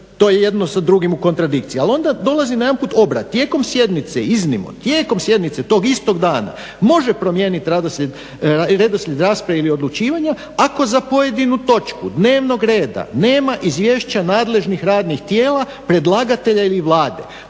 to je jedno sa drugim u kontradikciji, ali onda dolazi najedanput obrat "tijekom sjednice iznimno", tijekom sjednice tog istog dana "može promijeniti redoslijed rasprave i odlučivanja ako za pojedinu točku dnevnog reda nema izvješća nadležnih radnih tijela predlagatelja ili Vlade".